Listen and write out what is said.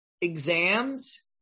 exams